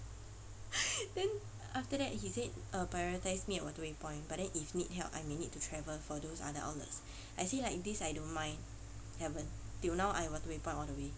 then after that he said um prioritize me at waterway point but then if need help I may need to travel for those other outlets actually like this I don't mind haven't until now I'm waterway point all the way